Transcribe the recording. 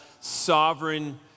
sovereign